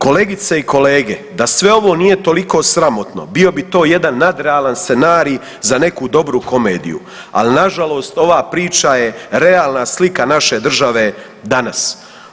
Kolegice i kolege, da sve ovo nije toliko sramotno bio bi to jedan nadrealan scenarij za neku dobru komediju, al nažalost ova priča je realna slika naše države danas.